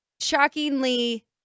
shockingly